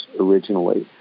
originally